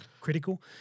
critical